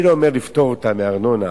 אני לא אומר לפטור אותם מארנונה,